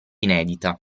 inedita